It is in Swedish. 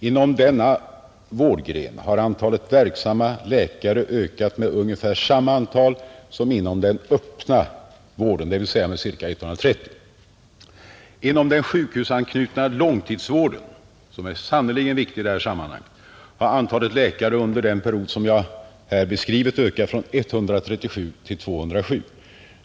Inom denna vårdgren har antalet verksamma läkare ökat med ungefär samma antal som inom den öppna vården, dvs. med ca 130 läkare. Inom den sjukhusanknutna långtidsvården — som sannerligen är viktig i det här sammanhanget — har antalet läkare under den period som jag här beskrivit ökat från 137 till 207.